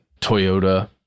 Toyota